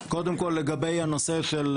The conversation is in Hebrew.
קודם כל לגבי הנושא של